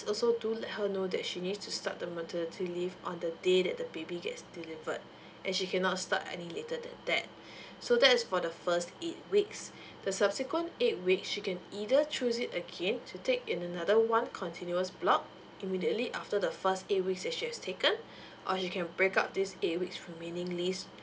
also do let her know that she need to start the maternity leave on the day that the baby gets delivered and she cannot start any later that so that's for the first eight weeks the subsequent eight week she can either choose it again to take in another one continuous block immediately after the first eight weeks that she has taken or you can break up this eight weeks remaining leave